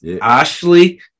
Ashley